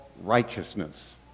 righteousness